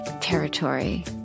territory